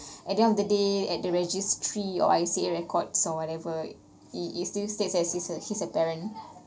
at the end of the day at the registry or I see a record so whatever he he still states as he's a he's a parent